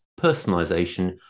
personalization